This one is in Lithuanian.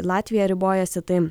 latvija ribojasi tai